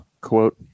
quote